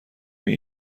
این